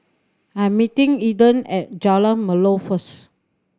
I'm meeting Aedan at Jalan Melor first